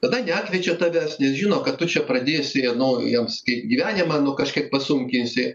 tada nekviečia tavęs nes žino kad tu čia pradėsi nu jiems kaip gyvenimą nu kažkiek pasunkinsi